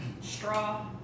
straw